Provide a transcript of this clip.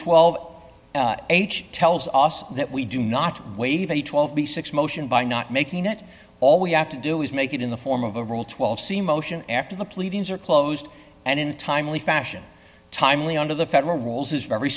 twelve h tells us that we do not waive a twelve b six motion by not making it all we have to do is make it in the form of a rule twelve c motion after the pleadings are closed and in a timely fashion timely under the federal rules is very